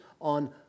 on